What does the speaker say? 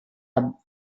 hub